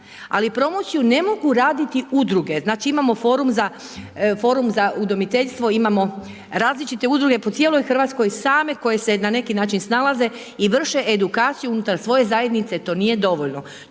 Ali, promociju ne mogu raditi udruge. Znači imamo forum za udomiteljstvo, imamo različite udruge, po cijeloj Hrvatskoj, same koje se na neki način snalaze i vrše edukaciju unutar svoje zajednice, to nije dovoljno.